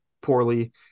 poorly